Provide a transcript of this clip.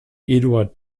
eduard